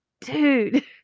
dude